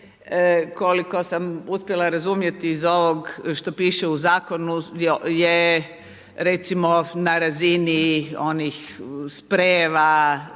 koliko sam uspjela razumjeti iz ovoga što piše u zakonu je recimo na razini onih sprejeva